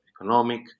economic